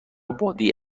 بادی